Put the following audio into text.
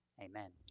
Amen